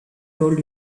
told